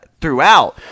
throughout